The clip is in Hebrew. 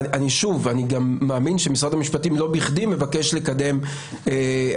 אני גם מאמין שמשרד המשפטים לא בכדי מבקש לקדם הצעות